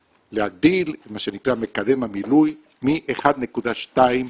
להגדיל מה שנקרא את מקדם המילוי מ-1.2 ל-1.5.